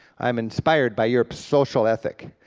i'm inspired by europe's social ethic,